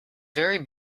very